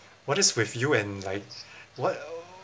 what is with you and like what